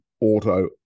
Auto